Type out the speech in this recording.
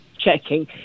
Checking